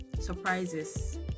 surprises